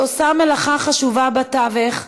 היא עושה מלאכה חשובה בתווך,